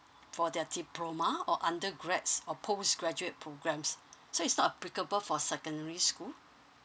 for their diploma or undergrads or post graduate programs so it's not applicable for secondary school